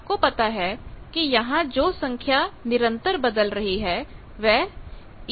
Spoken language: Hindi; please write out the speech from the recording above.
आपको पता है कि यहां जो संख्या निरंतर बदल रही है वहe j2βl है